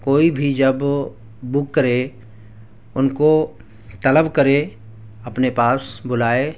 کوئی بھی جب بک کرے ان کو طلب کرے اپنے پاس بلائے